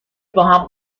باهم